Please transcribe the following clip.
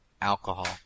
alcohol